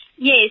Yes